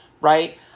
right